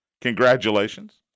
Congratulations